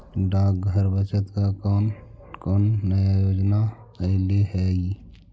डाकघर बचत का कौन कौन नया योजना अइले हई